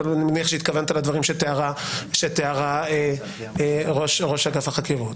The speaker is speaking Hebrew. אבל אני מניח שהתכוונת לדברים שתיארה ראש אגף החקירות.